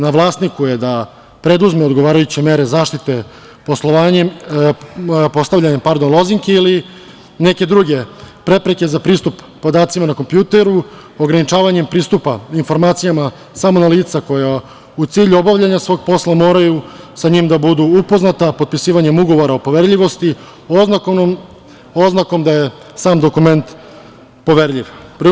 Na vlasniku je da preduzme odgovarajuće mere zaštite postavljanjem lozinke ili neke druge prepreke za pristup podacima na kompjuteru, ograničavanjem pristupa informacijama samo ona lica koja u cilju obavljanja svog posla moraju sa njim da budu upoznata, potpisivanjem ugovora o poverljivosti, oznakom da je sam dokument poverljiv.